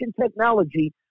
technology